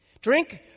Drink